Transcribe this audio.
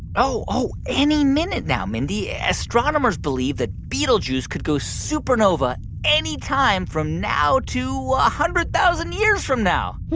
oh, oh, any minute now, mindy. astronomers believe that betelgeuse could go supernova any time from now to one ah hundred thousand years from now